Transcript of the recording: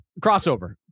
Crossover